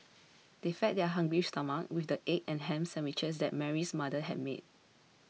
they fed their hungry stomachs with the egg and ham sandwiches that Mary's mother had made